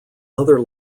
other